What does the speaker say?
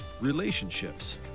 relationships